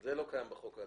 זה לא קיים בחוק.